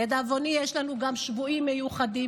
לדאבוני יש לנו גם ילדים שבויים עם צרכים מיוחדים.